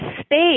space